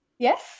Yes